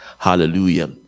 hallelujah